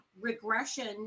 regression